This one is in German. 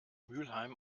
mülheim